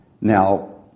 Now